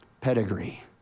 pedigree